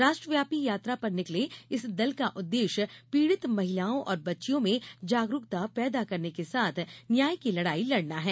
राष्ट्रव्यापी यात्रा पर निकले इस दल का उद्देश्य पीड़ित महिलाओं और बच्चियों में जागरूकता पैदा करने के साथ न्याय की लड़ाई लड़ना है